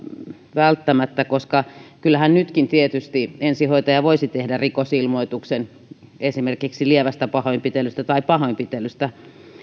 välttämättä koska kyllähän nytkin tietysti ensihoitaja voisi tehdä rikosilmoituksen esimerkiksi lievästä pahoinpitelystä tai pahoinpitelystä